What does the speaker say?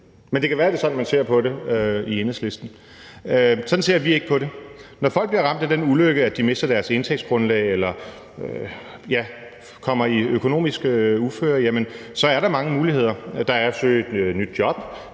Men det kan være, at det er sådan, man ser på det i Enhedslisten. Sådan ser vi ikke på det. Når folk bliver ramt af den ulykke, at de mister deres indtægtsgrundlag eller kommer i økonomisk uføre, så er der mange muligheder. Der er at søge et nyt job,